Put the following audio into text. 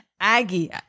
Aggie